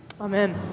Amen